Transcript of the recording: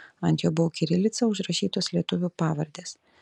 ant jo buvo kirilica užrašytos lietuvių pavardės